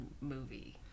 movie